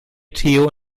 theo